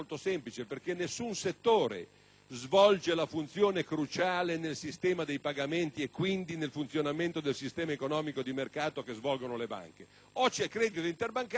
svolge una funzione cruciale nel sistema dei pagamenti, e quindi nel funzionamento del sistema economico di mercato, come le banche. O c'è credito interbancario o non c'è sistema economico funzionante,